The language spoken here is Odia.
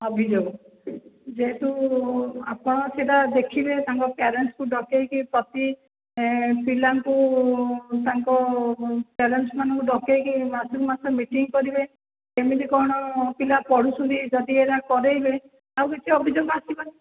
ଅଭିଯୋଗ ଯେହେତୁ ଆପଣ ସେଇଟା ଦେଖିବେ ତାଙ୍କ ପ୍ୟରେନ୍ସକୁ ଡକେଇକି ପ୍ରତି ପିଲାଙ୍କୁ ତାଙ୍କ ପ୍ୟରେନ୍ସମାନଙ୍କୁ ଡକେଇକି ମାସକୁ ମାସ ମିଟିଙ୍ଗ୍ କରିବେ କେମିତି କ'ଣ ପିଲା ପଢ଼ୁଛନ୍ତି ଯଦି ଏଗୁଡ଼ା କରେଇବେ ଆଉ କିଛି ଅଭିଯୋଗ ଆସିବନି